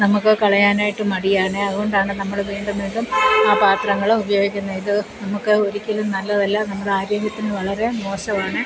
നമ്മൾക്ക് കളയാനായിട്ട് മടിയാണ് അതുകൊണ്ടാണ് നമ്മൾ വീണ്ടും വീണ്ടും ആ പാത്രങ്ങൾ ഉപയോഗിക്കുന്നത് ഇത് നമ്മൾക്ക് ഒരിക്കലും നല്ലതല്ല നമ്മടെ ആരോഗ്യത്തിന് വളരെ മോശമാണ്